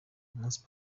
umunsi